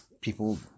people